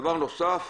דבר נוסף,